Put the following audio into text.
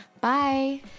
Bye